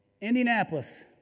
Indianapolis